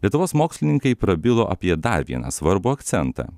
lietuvos mokslininkai prabilo apie dar vieną svarbų akcentą